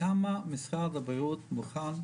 כמה משרד הבריאות מוכן,